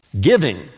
Giving